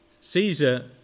Caesar